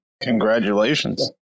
Congratulations